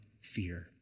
fear